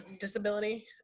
disability